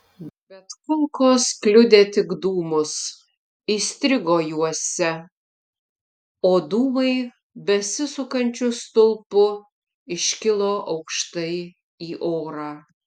bet kulkos kliudė tik dūmus įstrigo juose o dūmai besisukančiu stulpu iškilo aukštai į orą